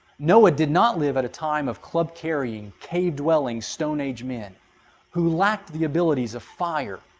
noah did not live at a time of club-carrying, cave-dwelling, stone-age men who lacked the abilities of fire,